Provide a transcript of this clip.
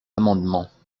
amendements